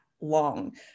long